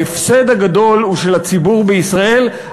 ההפסד הגדול הוא של הציבור בישראל,